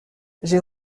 j’ai